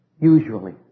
usually